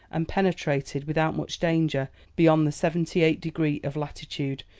and penetrated, without much danger, beyond the seventy eight degree of latitude,